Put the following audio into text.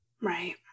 Right